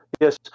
yes